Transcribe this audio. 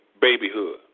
babyhood